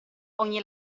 ogni